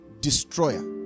destroyer